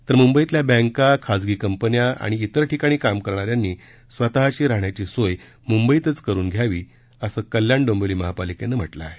तर मुंबईतल्या बँका खासगी कंपन्या आणि इतर ठिकाणी काम करणाऱ्यांनी स्वतःची राहण्याची सोय मुंबईतच करून घ्यावी असं कल्याण डोंबिवली महापालिकेनं म्हटलं आहे